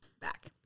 back